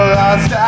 lost